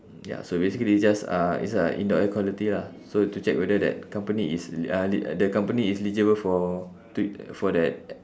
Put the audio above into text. ya so basically it's just uh it's a indoor air quality lah so to check whether that company is uh eli~ the company is eligible for t~ for that